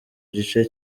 gice